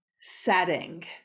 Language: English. setting